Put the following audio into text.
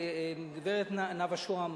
הגברת נאוה שוהם